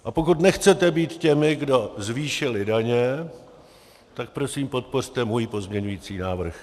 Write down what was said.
A pokud nechcete být těmi, kdo zvýšili daně, tak prosím podpořte můj pozměňovací návrh.